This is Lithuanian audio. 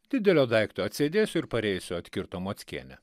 didelio daikto atsėdėsiu ir pareisiu atkirto mockienė